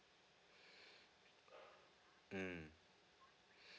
mm